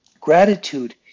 Gratitude